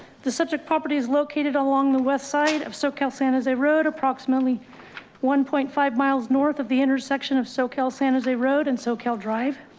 the subject property is located along the west side of soquel san jose road, approximately one point five miles north of the intersection of soquel san jose road and soquel drive.